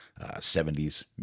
70s